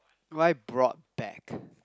why broad back